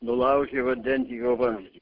nulaužė vandentiekio vamzdį